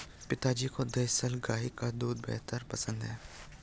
पिताजी को देसला गाय का दूध बेहद पसंद है